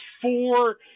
four